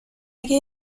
اگه